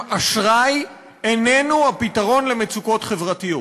היא שאשראי איננו הפתרון למצוקות חברתיות.